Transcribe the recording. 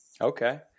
Okay